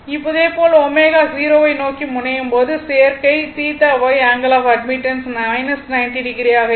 இதேபோல் ω 0 வை நோக்கி முனையும் போது சேர்க்கை θY angle of admittance 90o ஆக இருக்கும்